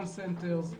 call centers,